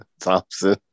Thompson